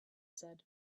said